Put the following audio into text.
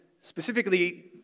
specifically